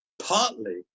partly